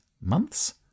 Months